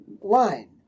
line